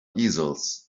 easels